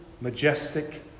majestic